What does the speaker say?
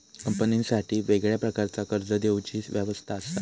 कंपनीसाठी वेगळ्या प्रकारचा कर्ज देवची व्यवस्था असा